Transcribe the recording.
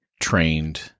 trained